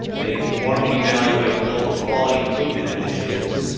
they inform and evaluate local quality improvements initiatives,